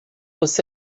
você